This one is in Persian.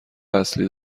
اصلی